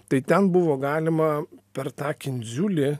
tai ten buvo galima per tą kindziulį